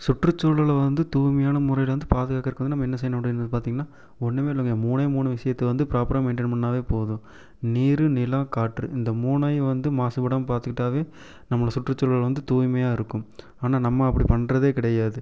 சுற்றுச்சூழலை வந்து தூய்மையான முறையில் வந்து பாதுகாக்கறக்கு வந்து நம்ம என்ன செய்யணும் அப்படினு வந்து பார்த்தீங்கனா ஒன்றுமே இல்லைங்க மூணே மூணு விஷயத்தை வந்து ப்ராப்பராக மெயின்டன் பண்ணாவே போதும் நீர் நிலம் காற்று இந்த மூணையும் வந்து மாசுபடாமல் பார்த்துக்கிட்டாவே நம்ம சுற்றுச்சூழல் வந்து தூய்மையாக இருக்கும் ஆனால் நம்ம அப்படி பண்ணுறதே கிடையாது